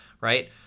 right